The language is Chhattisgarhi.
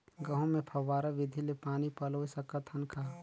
गहूं मे फव्वारा विधि ले पानी पलोय सकत हन का?